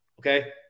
Okay